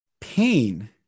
Pain